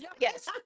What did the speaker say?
Yes